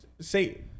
say